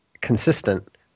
consistent